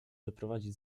wyprowadzić